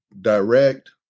direct